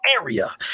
area